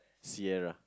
Sierra